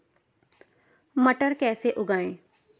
मटर कैसे उगाएं?